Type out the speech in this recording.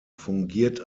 fungiert